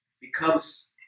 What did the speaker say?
Becomes